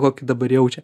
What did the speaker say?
kokį dabar jaučia